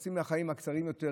חצי מהחיים הקצרים יותר,